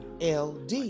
LD